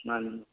ꯃꯥꯅꯤ